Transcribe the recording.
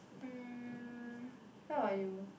hmm how about you